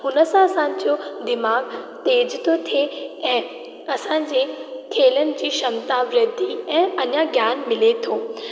हुन सां असांजो दिमाग़ु तेज़ु थो थिए ऐं असांजे खेलनि जी क्षमता वधी ऐं अञा ज्ञान मिले थो